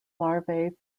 larvae